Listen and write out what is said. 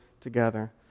together